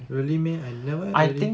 really meh I never really